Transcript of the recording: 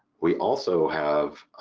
we also have